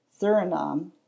Suriname